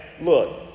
look